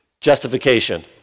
justification